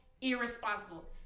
irresponsible